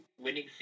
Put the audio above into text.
winning